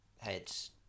heads